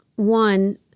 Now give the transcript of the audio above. One